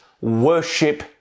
worship